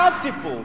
מה הסיפור?